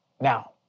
Now